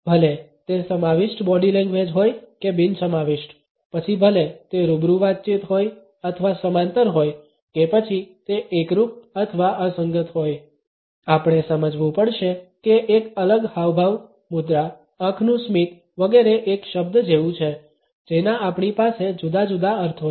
ભલે તે સમાવિષ્ટ બોડી લેંગ્વેજ હોય કે બિન સમાવિષ્ટ પછી ભલે તે રૂબરૂ વાતચીત હોય અથવા સમાંતર હોય કે પછી તે એકરૂપ અથવા અસંગત હોય આપણે સમજવું પડશે કે એક અલગ હાવભાવ મુદ્રા આંખનું સ્મિત વગેરે એક શબ્દ જેવું છે જેના આપણી પાસે જુદા જુદા અર્થો છે